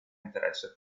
interesse